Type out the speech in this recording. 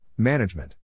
Management